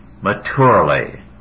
maturely